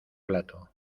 plato